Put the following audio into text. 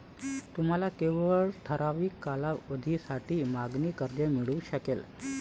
तुम्हाला केवळ ठराविक कालावधीसाठी मागणी कर्ज मिळू शकेल